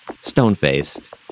stone-faced